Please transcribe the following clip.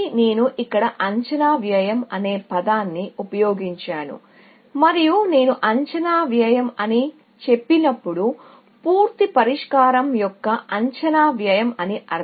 నేను ఇక్కడ అంచనా వ్యయం అనే పదాన్ని ఉపయోగించాను మరియు నేను అంచనా వ్యయం అని చెప్పినప్పుడు ఇక్కడ పూర్తి పరిష్కారం యొక్క అంచనా వ్యయం అని అర్థం